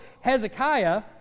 Hezekiah